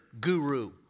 guru